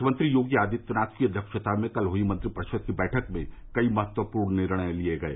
मुख्यमंत्री योगी आदित्यनाथ की अध्यक्षता में कल हुई मंत्रिपरिषद की बैठक में कई महत्वपूर्ण फैसले लिये गये